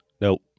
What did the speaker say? Nope